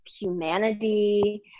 humanity